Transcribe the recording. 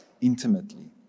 intimately